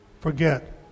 forget